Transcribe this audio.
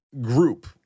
group